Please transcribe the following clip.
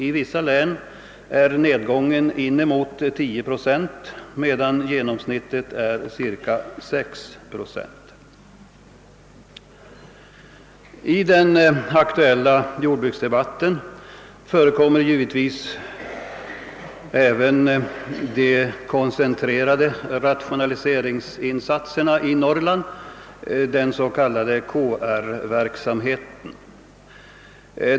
I vissa län är nedgången inemot 10 procent, medan genomsnittet är cirka 6 procent. I den aktuella jordbruksdebatten förekommer givetvis även de koncentrerade rationaliseringsinsatserna i Norrland, den s.k. KR-verksamheten.